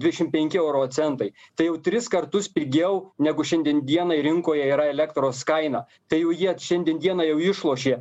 dvidešim penki euro centai tai jau tris kartus pigiau negu šiandien dienai rinkoje yra elektros kaina tai jau jie šiandien dieną jau išlošė